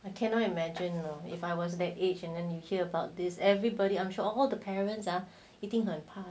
I cannot imagine you know if I was that age and then you hear about this everybody I'm sure all the parents are thinking 很怕